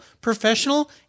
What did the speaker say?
professional